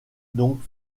donc